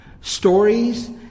stories